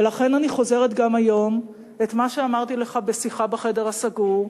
ולכן אני חוזרת גם היום על מה שאמרתי לך בשיחה בחדר הסגור,